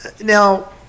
now